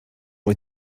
wyt